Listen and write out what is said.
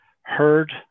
heard